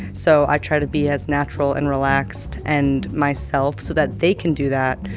so i try to be as natural and relaxed and myself so that they can do that,